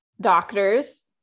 doctors